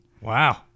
Wow